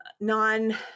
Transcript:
non